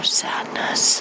sadness